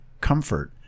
comfort